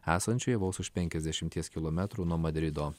esančioje vos už penkiasdešimties kilometrų nuo madrido